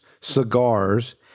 cigars